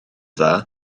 dda